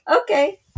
Okay